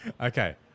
Okay